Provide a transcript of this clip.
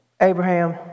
Abraham